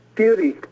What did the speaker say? beauty